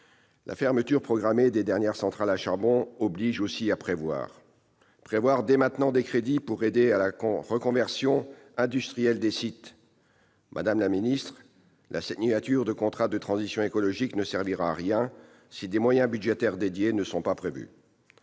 La fermeture programmée des dernières centrales à charbon oblige aussi à prévoir, dès maintenant, des crédits pour aider à la reconversion industrielle des sites. Madame la ministre, la signature de contrats de transition écologique ne servira à rien sans moyens budgétaires dédiés ! La transition